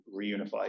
reunify